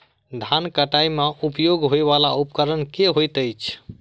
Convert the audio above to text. धान कटाई मे उपयोग होयवला उपकरण केँ होइत अछि?